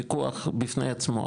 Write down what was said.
ויכוח בפני עצמו.